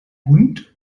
hund